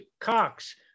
Cox